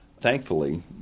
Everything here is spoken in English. Thankfully